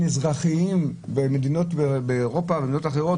אזרחיים במדינות באירופה ובמדינות אחרות,